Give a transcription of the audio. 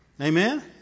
Amen